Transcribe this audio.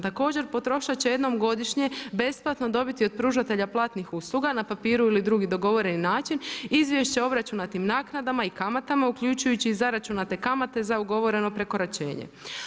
Također, potrošač će jednom godišnje besplatno dobiti od pružatelja platnih usluga na papiru ili na drugi dogovoreni način izvješće o obračunatim naknadama i kamatama uključujući zaračunate kamate za ugovoreno prekoračenje.